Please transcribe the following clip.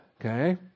Okay